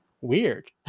weird